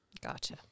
Gotcha